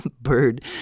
Bird